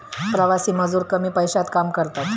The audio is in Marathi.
प्रवासी मजूर कमी पैशात काम करतात